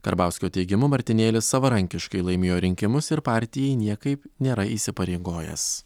karbauskio teigimu martinėlis savarankiškai laimėjo rinkimus ir partijai niekaip nėra įsipareigojęs